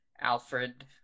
alfred